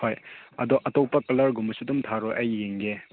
ꯍꯣꯏ ꯑꯗꯣ ꯑꯇꯣꯞꯄ ꯀꯂꯔꯒꯨꯝꯕꯁꯨ ꯑꯗꯨꯝ ꯊꯥꯔꯛꯑꯣ ꯑꯩ ꯌꯦꯡꯒꯦ